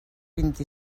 vint